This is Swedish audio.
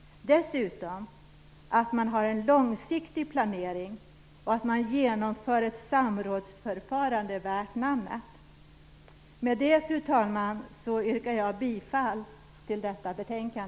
Dessutom skall man ha en långsiktig planering och genomföra ett samrådsförfarande värt namnet. Med detta, fru talman, yrkar jag bifall till utskottets hemställan.